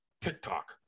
TikTok